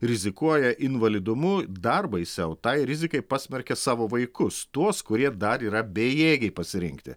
rizikuoja invalidumu dar baisiau tai rizikai pasmerkia savo vaikus tuos kurie dar yra bejėgiai pasirinkti